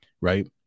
right